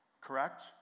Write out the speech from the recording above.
Correct